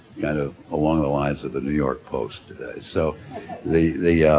kind of along the lines of the new york post today. so the the yeah